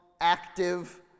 active